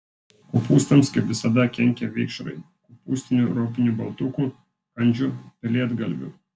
kopūstams kaip visada kenkia vikšrai kopūstinių ropinių baltukų kandžių pelėdgalvių